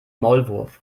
maulwurf